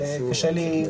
וקשה לי,